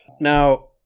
Now